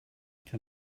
can